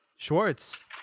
Schwartz